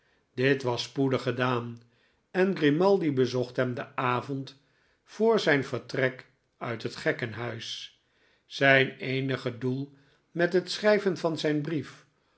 dit was spoedig gedaan en grimaldi bezocht hem den avond voor zijn vertrek uit het gekkenhuis zijn eenig doel met het schrijven van zijn brief